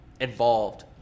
involved